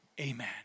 amen